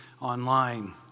online